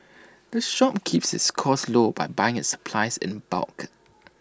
the shop keeps its costs low by buying its supplies in bulk